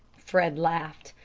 fred laughed.